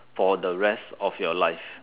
for the rest of your life